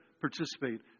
participate